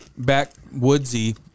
backwoodsy